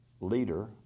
leader